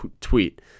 tweet